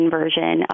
version